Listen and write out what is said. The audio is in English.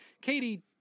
Katie